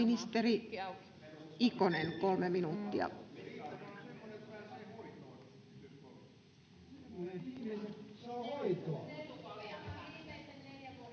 Ministeri Ikonen, kolme minuuttia.